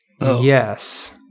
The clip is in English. Yes